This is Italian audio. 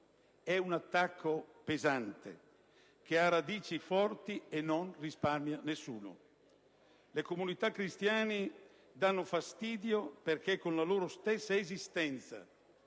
È un attacco pesante, che ha radici forti e non risparmia nessuno. Le comunità cristiane locali danno fastidio perché con la loro stessa esistenza